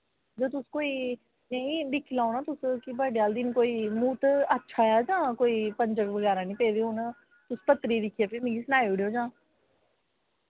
जां तुस कोई नेईं दिक्खी लैओ ना तुस कि बर्थ डे आह्ले दिन कोई म्हूर्त अच्छा ऐ जां कोई पंजक बगैरा निं पेदे होन तुस पत्तरी दिक्खियै फ्ही मिकी सनाई ओड़ेओ जां